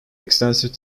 extensive